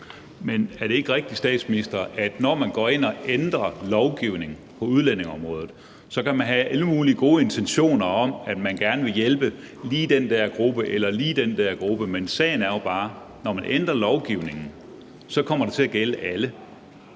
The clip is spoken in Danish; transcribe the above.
Men er det ikke rigtigt, statsminister, at man, når man går ind og ændrer lovgivningen på udlændingeområdet, så kan have alle mulige gode intentioner om, at man gerne vil hjælpe lige den der gruppe eller den der gruppe, men at sagen jo bare er den, at det, når man ændrer lovgivningen, så kommer til at gælde alle?